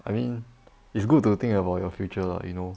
I mean it's good to think about your future lah you know